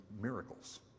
miracles